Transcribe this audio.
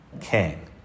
king